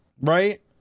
right